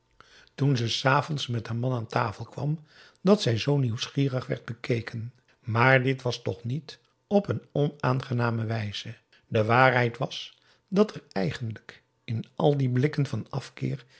toen ze s avonds met haar man aan tafel kwam dat zij zoo nieuwsgierig werd bekeken maar dit was toch niet op een onaangename wijze de waarheid was dat er eigenlijk in al die blikken van afkeer